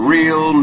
Real